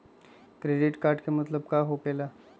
Credit card के मतलब का होकेला?